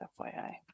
FYI